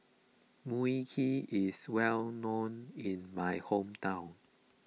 Mui Kee is well known in my hometown